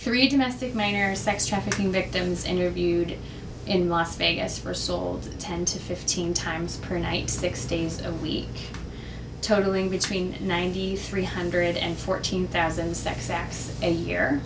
three domestic minor sex trafficking victims interviewed in las vegas for sold ten to fifteen times per night six days a week totaling between ninety three hundred and fourteen thousand sex acts a